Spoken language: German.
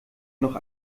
noch